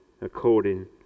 according